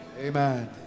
Amen